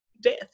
death